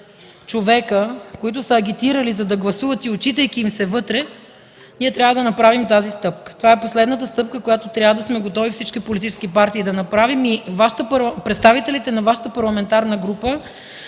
човека, които са агитирали, за да гласуват и отчитайки им се вътре, ние трябва да направим тази стъпка. Това е последната стъпка, която трябва да сме готови всички политически партии да направим, и представителите на Вашата парламентарна група